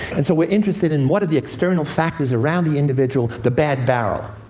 and so we're interested in what are the external factors around the individual the bad barrel?